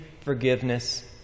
forgiveness